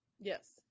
Yes